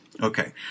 Okay